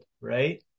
right